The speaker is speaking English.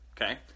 Okay